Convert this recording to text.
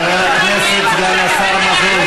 חבר הכנסת סגן השר מזוז,